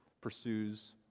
pursues